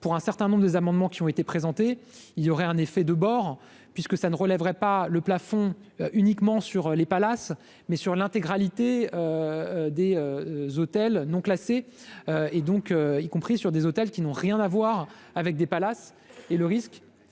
pour un certain nombre d'amendements qui ont été présentés, il y aurait un effet de bord puisque ça ne relèverait pas le plafond uniquement sur les palaces, mais sur l'intégralité des hôtels non classés et donc y compris sur des hôtels qui n'ont rien à voir avec des palaces et le risque